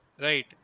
Right